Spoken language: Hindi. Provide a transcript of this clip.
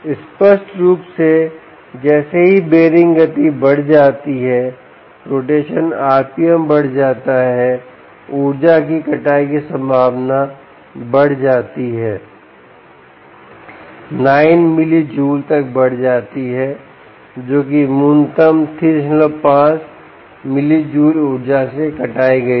स्पष्ट रूप से जैसे ही बीयररिंग गति बढ़ जाती है रोटेशन RPM बढ़ जाता है ऊर्जा की कटाई की संभावना भी बढ़ जाती है 9 मिलीजुएल तक बढ़ जाती है जो कि न्यूनतम 35 मिलीजुएल ऊर्जा से कटाई गई थी